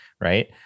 right